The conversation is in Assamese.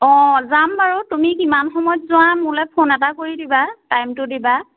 অঁ যাম বাৰু তুমি কিমান সময়ত যোৱা মোলে ফোন এটা কৰি দিবা টাইমটো দিবা